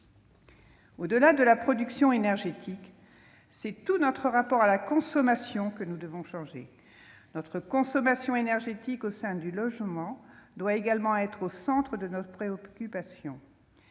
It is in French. Au-delà de la production énergétique, c'est tout notre rapport à la consommation que nous devons changer. Notre consommation énergétique au sein du logement doit être au centre de notre préoccupation.